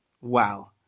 Wow